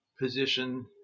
position